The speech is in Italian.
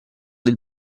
del